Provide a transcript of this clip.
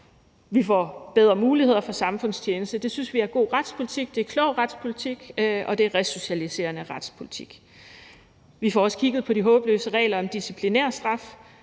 Vi får bedre muligheder for samfundstjeneste. Det synes vi er god retspolitik. Det er klog retspolitik, og det er resocialiserende retspolitik. Vi får også kigget på de håbløse regler om disciplinærstraf.